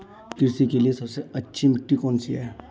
कृषि के लिए सबसे अच्छी मिट्टी कौन सी है?